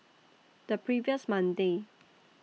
The previous Monday